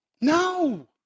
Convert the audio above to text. No